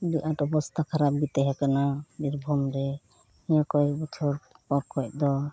ᱟᱹᱰᱤ ᱟᱸᱴ ᱚᱵᱚᱥᱛᱟ ᱠᱷᱟᱨᱟᱯ ᱜᱮ ᱛᱟᱦᱮᱸ ᱠᱟᱱᱟ ᱵᱤᱨᱵᱷᱩᱢ ᱨᱮ ᱱᱤᱭᱟᱹ ᱠᱚᱭᱮᱠ ᱵᱚᱪᱷᱚᱨ ᱯᱚᱨ ᱠᱷᱚᱱ ᱫᱚ